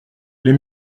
les